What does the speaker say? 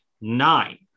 nine